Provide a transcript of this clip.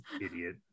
idiot